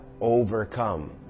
overcome